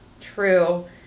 True